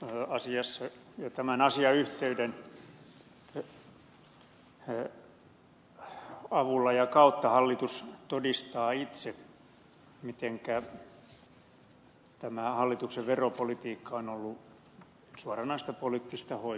tässä asiassa ja tämän asiayhteyden avulla ja sen kautta hallitus todistaa itse mitenkä tämä hallituksen veropolitiikka on ollut suoranaista poliittista hoipertelua